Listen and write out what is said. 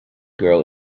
grow